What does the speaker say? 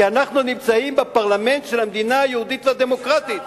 כי אנחנו נמצאים בפרלמנט של המדינה היהודית והדמוקרטית.